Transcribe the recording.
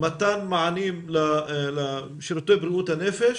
מתן מענים לשירותי בריאות הנפש,